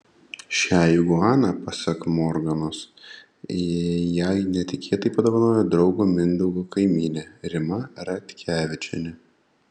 šią iguaną pasak morganos jai netikėtai padovanojo draugo mindaugo kaimynė rima ratkevičienė